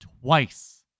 twice